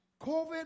COVID